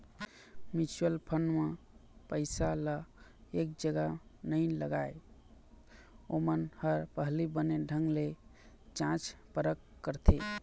mutual fund म पइसा ल एक जगा नइ लगाय, ओमन ह पहिली बने ढंग ले जाँच परख करथे